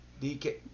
DK